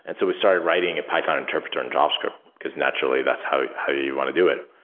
and so we started writing a python interpreter in javascript, because naturally that's how how you want to do it.